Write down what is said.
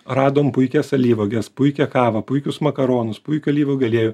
radom puikias alyvuoges puikią kavą puikius makaronus puikių alyvuogių aliejų